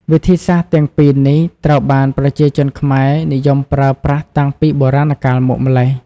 វិធីសាស្ត្រទាំងពីរនេះត្រូវបានប្រជាជនខ្មែរនិយមប្រើប្រាស់តាំងពីបុរាណកាលមកម្ល៉េះ។